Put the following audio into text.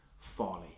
Folly